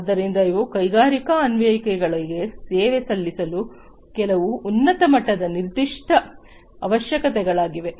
ಆದ್ದರಿಂದ ಇವು ಕೈಗಾರಿಕಾ ಅನ್ವಯಿಕೆಗಳಿಗೆ ಸೇವೆ ಸಲ್ಲಿಸಲು ಕೆಲವು ಉನ್ನತ ಮಟ್ಟದ ನಿರ್ದಿಷ್ಟ ಅವಶ್ಯಕತೆಗಳಾಗಿವೆ